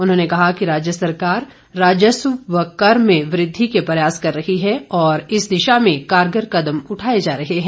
उन्होंने कहा कि राज्य सरकार राजस्व व कर में वृद्धि के प्रयास कर रही है और इस दिशा में कारगर कदम उठाए जा रहे हैं